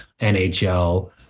NHL